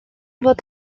fod